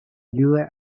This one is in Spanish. ayuda